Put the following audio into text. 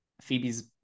phoebe's